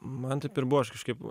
man taip ir buvo aš kažkaip